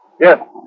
Yes